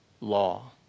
law